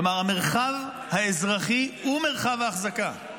כלומר המרחב האזרחי הוא מרחב ההחזקה.